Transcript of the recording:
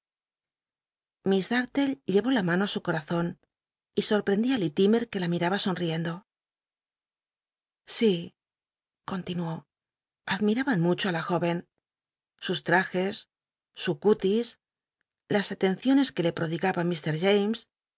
miss darue llevó la mano su corazon y sorprendí á liwmer que la miraba sonriendo biblioteca nacional de españa david copperfield sí continuó adm iraban mucho la jól'en sus trnjcs su cútis las atenciones que le prodigaba